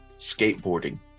skateboarding